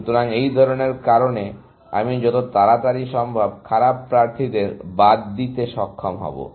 সুতরাং এই ধরনের কারণে আমি যত তাড়াতাড়ি সম্ভব খারাপ প্রার্থীদের বাদ দিতে সক্ষম হবো